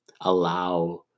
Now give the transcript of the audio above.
allow